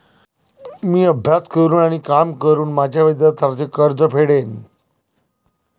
मी अभ्यास करून आणि काम करून माझे विद्यार्थ्यांचे कर्ज फेडेन